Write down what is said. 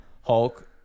Hulk